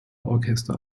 orchester